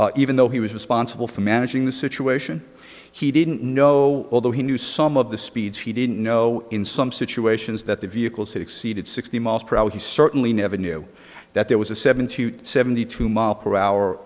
vehicle even though he was responsible for managing the situation he didn't know although he knew some of the speeds he didn't know in some situations that the vehicles had exceeded sixty miles per hour he certainly never knew that there was a seventy seventy two mile per hour